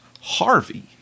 Harvey